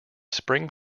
spring